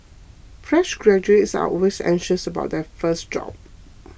fresh graduates are always anxious about their first job